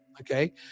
Okay